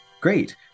great